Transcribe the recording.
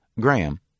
Graham